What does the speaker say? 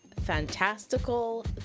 fantastical